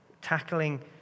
Tackling